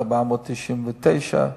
499,